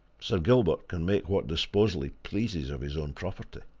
sir gilbert can make what disposal he pleases of his own property.